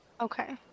Okay